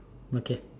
okay